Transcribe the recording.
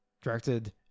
directed